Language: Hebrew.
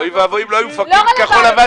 אוי ואבוי אם לא היו מפרקים את כחול לבן,